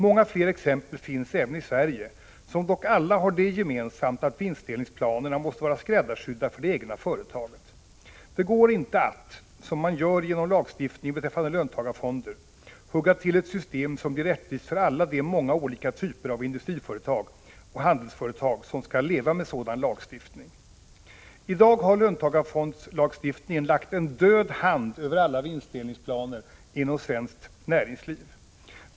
Många fler exempel finns även i Sverige, som dock alla har det gemensamt att vinstdelningsplanerna måste vara skräddarsydda för det egna företaget. Det går inte att — som man gör genom lagstiftningen beträffande löntagarfonder — hugga till ett system som blir rättvist för alla de många typer av industriföretag och handelsföretag som skall leva med sådan lagstiftning. I dag har löntagarfondslagstiftningen lagt en död hand över alla vinstdelningsplaner inom svenskt näringsliv.